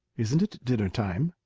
isn't it dinner time?